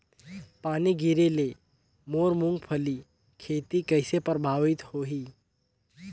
पानी गिरे ले मोर मुंगफली खेती कइसे प्रभावित होही?